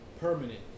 Permanent